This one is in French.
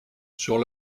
sur